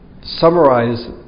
summarize